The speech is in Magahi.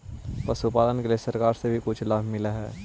पशुपालन के लिए सरकार से भी कुछ लाभ मिलै हई?